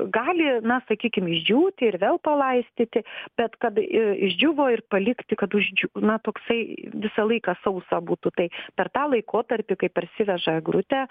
gali na sakykim išdžiūti ir vėl palaistyti bet kad i išdžiūvo ir palikti kad uždžiu na toksai visą laiką sausa būtų tai per tą laikotarpį kai parsiveža eglutę